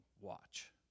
watch